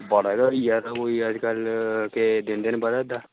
बारां ज्हार होई गेआ तां कोई अज्जकल केह् दिन दिन बधै दा